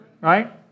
right